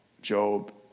Job